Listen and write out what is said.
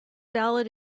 ballad